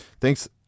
thanks